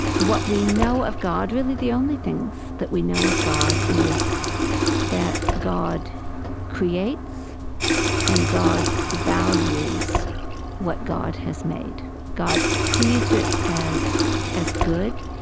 what we know of god, really the only things that we know of god, is that god creates and god values what god has made. god sees it as as good,